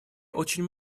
очень